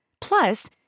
Plus